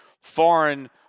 foreign